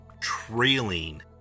trailing